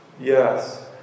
Yes